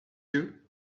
you